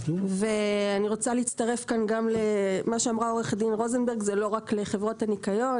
אני רוצה להצטרף למה שאמרה כאן עו"ד רוזנברג; זה לא רק לחברות הניקיון.